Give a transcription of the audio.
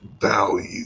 value